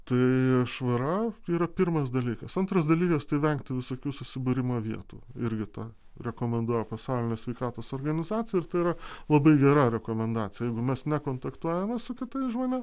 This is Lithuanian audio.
tai švara yra pirmas dalykas antras dalykas tai vengti visokių susibūrimo vietų irgi to rekomenduoja pasaulinė sveikatos organizacija ir tai yra labai gera rekomendacija jeigu mes nekontaktuojame su kitais žmonėm